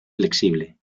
flexible